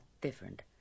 different